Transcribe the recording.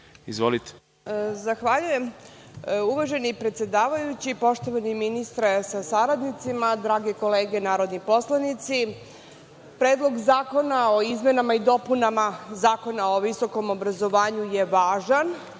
Zahvaljujem. Uvaženi predsedavajući, poštovani ministre sa saradnicima, drage kolege narodni poslanici, Predlog zakona o izmenama i dopunama Zakona o visokom obrazovanju je važan,